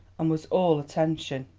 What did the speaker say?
and was all attention.